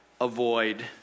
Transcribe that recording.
avoid